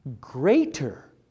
greater